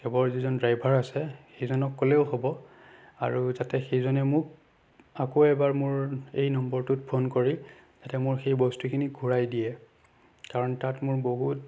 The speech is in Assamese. কেবৰ যিজন ড্ৰাইভাৰ আছে সেইজনক ক'লেও হ'ব আৰু যাতে সেইজনে মোক আকৌ এবাৰ মোৰ এই নাম্বাৰটোত ফোন কৰি যাতে সেই বস্তুখিনি ঘূৰাই দিয়ে কাৰণ তাত মোৰ বহুত